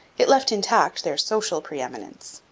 it left intact their social pre-eminence.